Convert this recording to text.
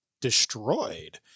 destroyed